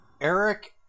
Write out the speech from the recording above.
Eric